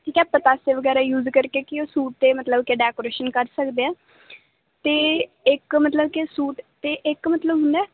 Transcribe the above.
ਠੀਕ ਆ ਪਤਾਸੇ ਵਗੈਰਾ ਯੂਜ ਕਰਕੇ ਕਿ ਉਹ ਸੂਟ 'ਤੇ ਮਤਲਬ ਕਿ ਡੈਕੋਰੇਸ਼ਨ ਕਰ ਸਕਦੇ ਆ ਅਤੇ ਇੱਕ ਮਤਲਬ ਕਿ ਸੂਟ 'ਤੇ ਇੱਕ ਮਤਲਬ ਹੁੰਦਾ